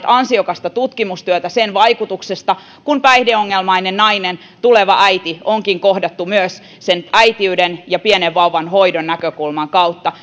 ansiokasta tutkimustyötä sen vaikutuksesta kun päihdeongelmainen nainen tuleva äiti onkin kohdattu myös sen äitiyden ja pienen vauvan hoidon näkökulman kautta